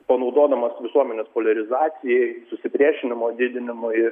panaudodamas visuomenės poliarizacijai susipriešinimo didinimui